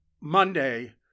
monday